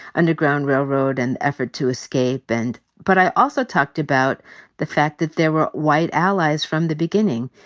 underground railroad, and effort to escape. and but i also talked about the fact that there were white allies from the beginning,